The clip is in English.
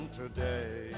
today